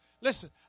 Listen